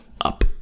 up